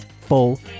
Full